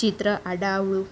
ચિત્ર આડાઅવળું